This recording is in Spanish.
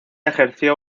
ejerció